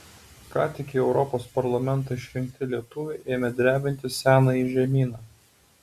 ką tik į europos parlamentą išrinkti lietuviai ėmė drebinti senąjį žemyną